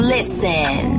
Listen